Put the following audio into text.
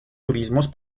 turismos